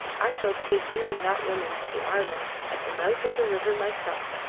i shall take you and that woman to the island at the mouth of the river myself.